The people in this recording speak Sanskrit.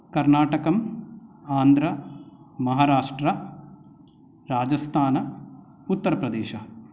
कर्नाटकम् आन्द्र महाराष्ट्र राजस्थान उत्तरप्रदेश